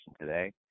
today